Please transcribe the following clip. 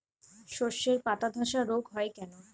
শর্ষের পাতাধসা রোগ হয় কেন?